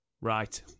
Right